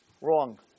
Wrong